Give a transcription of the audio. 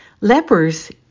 Lepers